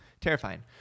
Terrifying